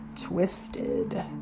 Twisted